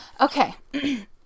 Okay